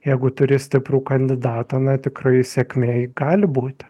jeigu turi stiprų kandidatą na tikrai sėkmė gali būti